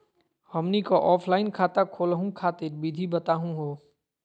हमनी क ऑफलाइन खाता खोलहु खातिर विधि बताहु हो?